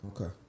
Okay